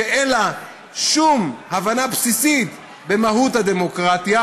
שאין לה שום הבנה בסיסית במהות הדמוקרטיה,